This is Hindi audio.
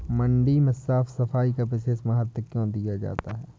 मंडी में साफ सफाई का विशेष महत्व क्यो दिया जाता है?